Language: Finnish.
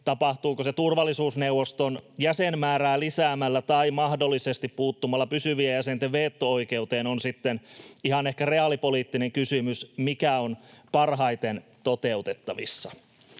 Tapahtuuko se turvallisuusneuvoston jäsenmäärää lisäämällä tai mahdollisesti puuttumalla pysyvien jäsenten veto-oikeuteen, se on sitten ihan ehkä reaalipoliittinen kysymys, mikä on parhaiten toteutettavissa.